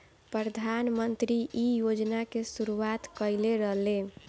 प्रधानमंत्री इ योजना के शुरुआत कईले रलें